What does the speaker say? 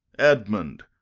edmund,